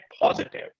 positive